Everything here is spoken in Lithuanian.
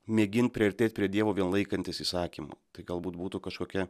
mėgint priartėt prie dievo vien laikantis įsakymų tai galbūt būtų kažkokia